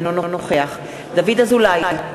אינו נוכח דוד אזולאי,